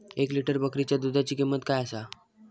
एक लिटर बकरीच्या दुधाची किंमत काय आसा?